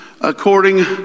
according